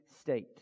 state